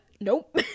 Nope